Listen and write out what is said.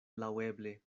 laŭeble